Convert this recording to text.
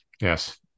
Yes